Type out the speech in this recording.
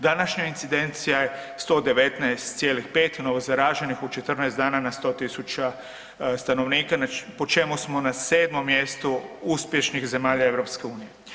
Današnja incidencija je 119,5 novozaraženih u 14 dana na 100 tisuća stanovnika, po čemu smo na 7. mjestu uspješnih zemalja EU.